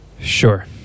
Sure